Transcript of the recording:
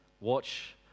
Watch